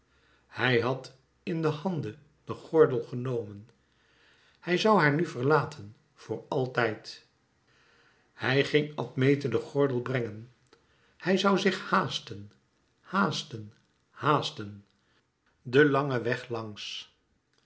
hij had in de handen den gordel genomen hij zoû haar nu verlaten voor altijd hij ging admete den gordel brengen hij zoû zich haasten haasten haasten den langen weg langs